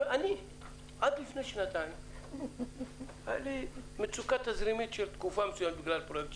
עד לפני שנתיים הייתה לי תקופה מסוימת מצוקה תזרימית בגלל פרויקט,